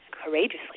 courageously